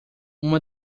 uma